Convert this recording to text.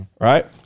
right